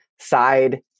side